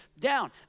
down